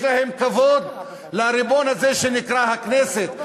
יש להם כבוד לריבון הזה שנקרא הכנסת,